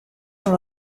són